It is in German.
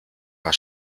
war